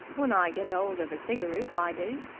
when i get old of a cigaroot i do.